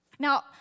Now